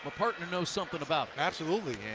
ah partner knows something about. absolutely.